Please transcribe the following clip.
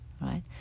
Right